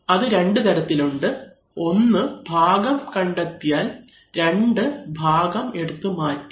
അത് രണ്ടുതരത്തിലുണ്ട് ഒന്ന് ഭാഗം കണ്ടെത്തിയാൽ രണ്ട് ഭാഗം എടുത്തു മാറ്റിയാൽ